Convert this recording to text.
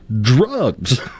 drugs